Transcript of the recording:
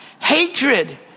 Hatred